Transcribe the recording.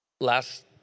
Last